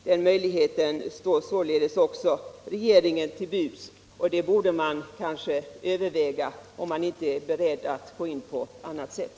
Den möjligheten står således regeringen till buds, och den borde man kanske överväga, om man inte är beredd att gå in på annat sätt.